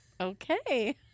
Okay